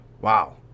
Wow